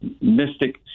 Mystic